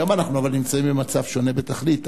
אבל היום אנחנו נמצאים במצב שונה בתכלית.